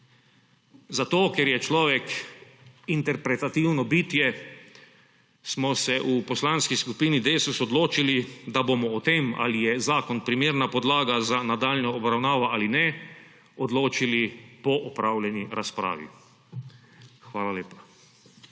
Zato ker je človek interpretativno bitje, smo se v Poslanski skupini Desus odločili, da bomo o tem, ali je zakon primerna podlaga za nadaljnjo obravnavo ali ne, odločili po opravljeni razpravi. Hvala lepa.